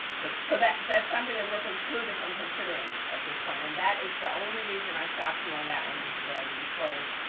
but so that's something that we're precluded from considering at this point. and that is the only reason i stopped you on that one, mr. doherty because